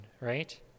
right